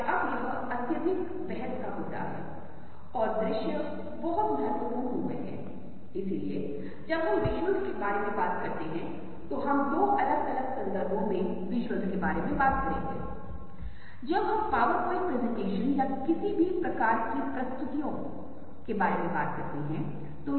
तो आगे की वस्तु आँख से छोटी दिखती है लेकिन आप देखते हैं कि आदिवासी क्षेत्र में जहाँ लोग बहुत घने जंगल में रहते थे वहां एक आदिवासी था और एक यूरोपीय उसे वहां से दूर ले गया और उसे उस जगह ले गया जहां एक विशाल परिदृश्य था और वहां पर बहुत लंबी दूरी पर भैसें थी और क्यों की इस आदमी ने अपने जीवन में कभी भी दूरी का अनुभव नहीं किया था उसने शुरू में सोचा था कि वे चींटियां थीं